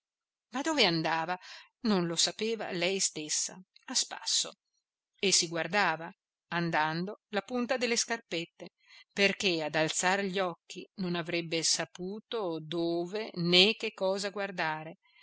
ma dove andava non lo sapeva lei stessa a spasso e si guardava andando la punta delle scarpette perché ad alzar gli occhi non avrebbe saputo dove né che cosa guardare